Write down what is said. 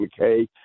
McKay